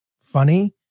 funny